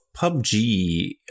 PUBG